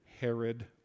Herod